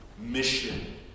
mission